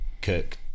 cook